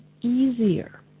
easier